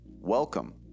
Welcome